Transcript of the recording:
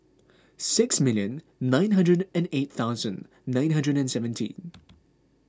six million nine hundred and eight thousand nine hundred and seventeen